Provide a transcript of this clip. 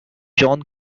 john